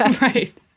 Right